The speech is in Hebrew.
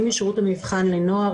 אני משירות המבחן לנוער,